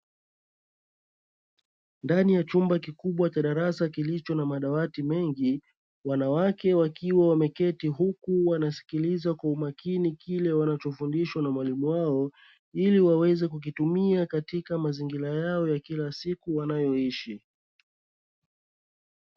Ndani ya chumba kikubwa cha darasa kilicho na madawati mengi, wanawake wakiwa wameketi huku wanasikiliza kwa umakini kile wanachofundishwa na mwalimu wao. Ili waweze kukitumia katika mazingira yao ya kila siku wanayoishi.